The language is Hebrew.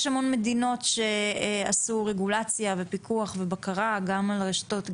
יש המון מדינות שעשו רגולציה ופיקוח ובקרה גם על רשתות,